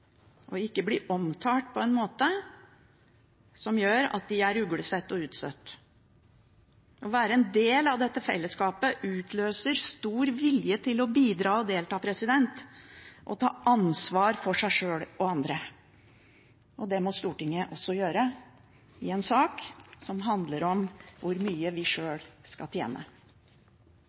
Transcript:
og ikke blir omtalt på en måte som gjør at de er uglesett og utstøtt. Å være en del av dette fellesskapet utløser stor vilje til å bidra og delta og ta ansvar for seg sjøl og andre. Det må Stortinget også gjøre i en sak som handler om hvor mye vi sjøl skal tjene.